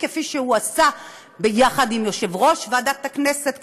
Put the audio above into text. כפי שהוא עשה יחד עם יושב-ראש ועדת הכנסת,